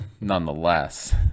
nonetheless